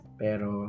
pero